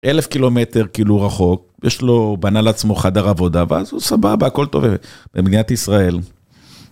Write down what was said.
אלף קילומטר כאילו רחוק, יש לו, בנה לעצמו חדר עבודה ואז הוא סבבה, הכל טוב, במדינת ישראל.